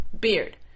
beard